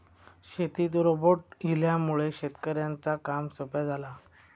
शेतीत रोबोट इल्यामुळे शेतकऱ्यांचा काम सोप्या झाला